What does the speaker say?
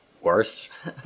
worse